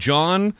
John